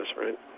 right